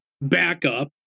backup